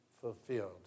fulfilled